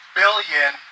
billion